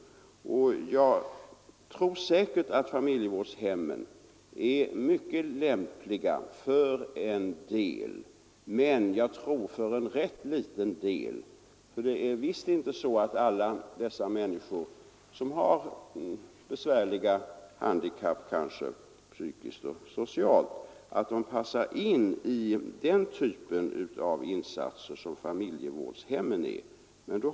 Familjevårds hemmen är säkerligen mycket lämpliga för en del personer, men jag tror — Nr 78 att det gäller för ett rätt litet antal av detta klientel. Det är visst inte så Fredagen den att alla dessa människor, som ofta har besvärliga handikapp, kanske 10 maj 1974 psykiskt och socialt, passar in i den typ av insatser som familjevårds —=—— hemmen representerar.